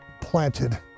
planted